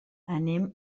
anem